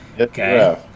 Okay